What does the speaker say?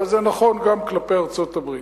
אבל זה נכון גם כלפי ארצות-הברית.